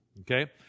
okay